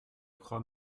croix